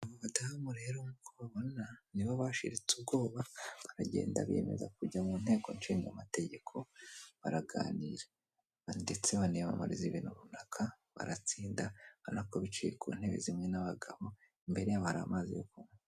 Abo badamu rero nk'uko babona nibo bashitse ubwoba baragenda biyemeza kujya mu nteko ishingamategeko baraganira. Ndetse baniyamamariza ibintu runaka baratsinda urabona ko biciye ku ntebe zimwe n'abagabo imbere yabo hari amazi yo kunywa.